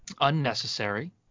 Unnecessary